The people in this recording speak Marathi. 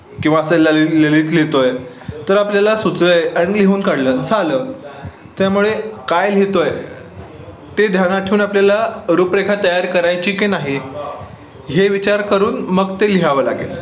किंवा असं लली ललित लिहितो आहे तर आपल्याला सुचलं आहे आणि लिहून काढलं झालं त्यामुळे काय लिहितो आहे ते ध्यानात ठेवून आपल्याला रूपरेखा तयार करायची की नाही हे विचार करून मग ते लिहावं लागेल